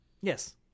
Yes